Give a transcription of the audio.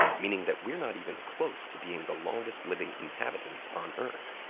meaning that we're not even close to being the longest living inhabitants on earth.